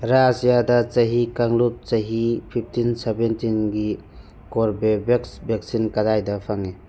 ꯔꯥꯖ꯭ꯌꯥꯗ ꯆꯍꯤ ꯀꯥꯡꯂꯨꯞ ꯆꯍꯤ ꯐꯤꯐꯇꯤꯟ ꯁꯕꯦꯟꯇꯤꯟꯒꯤ ꯀꯣꯔꯕꯤꯕꯦꯛ ꯕꯦꯛꯁꯤꯟ ꯀꯗꯥꯏꯗ ꯐꯪꯏ